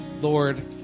Lord